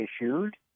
issued